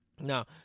Now